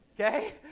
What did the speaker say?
Okay